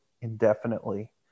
indefinitely